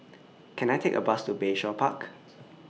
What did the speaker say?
Can I Take A Bus to Bayshore Park